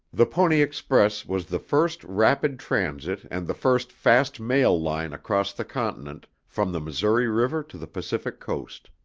the pony express was the first rapid transit and the first fast mail line across the continent from the missouri river to the pacific coast.